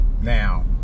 Now